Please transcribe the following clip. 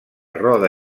roda